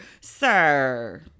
Sir